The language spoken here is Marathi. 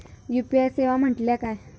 यू.पी.आय सेवा म्हटल्या काय?